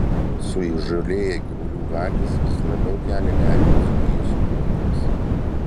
suįžūlėję gyvulių vagys vis labiau kelia nerimą dzūkijos ūkininkams